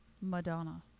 Madonna